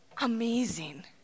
amazing